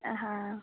হ্যাঁ